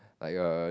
like a